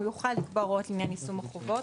הוא יוכל לקבוע הוראות לעניין יישום החובות.